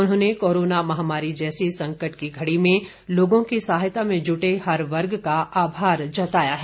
उन्होंने कोरोना महामारी जैसी संकट की घड़ी में लोगों की सहायता में जुटे हर वर्ग का आभार जताया है